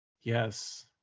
yes